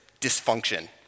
dysfunction